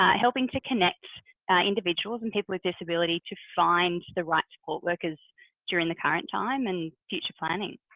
helping to connect individuals and people with disability to find the right support workers during the current time and future planning.